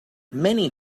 many